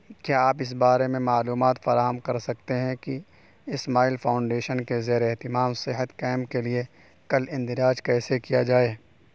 کیا آپ اس بارے میں معلومات فراہم کر سکتے ہیں کہ اسمائل فاؤنڈیشن کے زیر اہتمام صحت کیمپ کے لیے کل اندراج کیسے کیا جائے